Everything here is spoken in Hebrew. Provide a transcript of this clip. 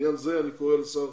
לעניין זה אני קורא לשר